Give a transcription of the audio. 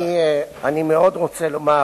אני מאוד רוצה לומר